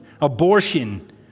abortion